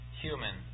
human